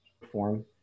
perform